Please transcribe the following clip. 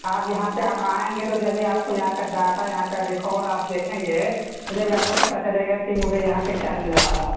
آپ یہاں پہ اب آئیں گے تو جبھی یہاں کا ڈاٹا یہاں کا ریکارڈ آپ دیکھیں گے تبھی آپ کو پتا چلے گا کہ مجھے یہاں سے کیا ملنے والا ہے